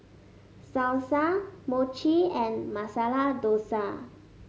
Salsa Mochi and Masala Dosa